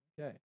Okay